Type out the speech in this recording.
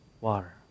water